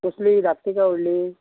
कसली धाकटी काय व्हडली